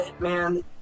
Man